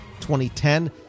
2010